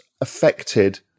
affected